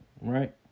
right